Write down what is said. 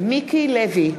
מיקי לוי,